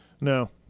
No